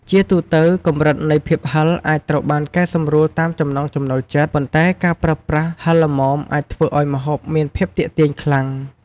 ជាទូទៅ កម្រិតនៃភាពហឹរអាចត្រូវបានកែសម្រួលតាមចំណង់ចំណូលចិត្ត ប៉ុន្តែការប្រើប្រាស់ហឹរល្មមអាចធ្វើឱ្យម្ហូបមានភាពទាក់ទាញខ្លាំង។